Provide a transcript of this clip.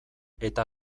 eta